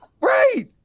Right